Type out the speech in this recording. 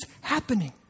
happening